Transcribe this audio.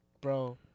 bro